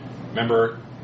Remember